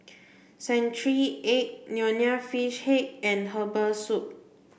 century egg nonya fish head and herbal soup